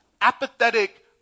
apathetic